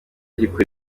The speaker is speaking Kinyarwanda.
gikora